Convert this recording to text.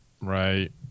right